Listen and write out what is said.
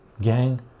Gang